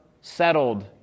settled